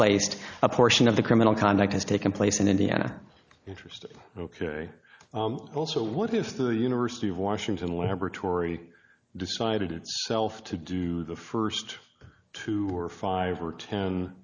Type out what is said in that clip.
placed a portion of the criminal conduct has taken place in indiana interesting ok also what if the university of washington laboratory decided itself to do the first two were five or ten